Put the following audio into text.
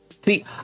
See